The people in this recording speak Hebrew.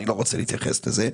אני לא רוצה להתייחס לזה,